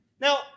Now